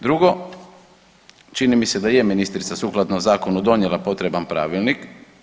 Drugo, čini mi se da je ministrica sukladno Zakonu donijela potreban Pravilnik.